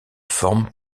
forment